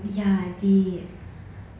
ya I did